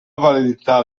validità